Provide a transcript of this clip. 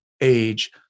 age